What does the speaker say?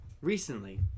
recently